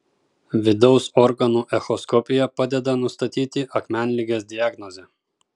vidaus organų echoskopija padeda nustatyti akmenligės diagnozę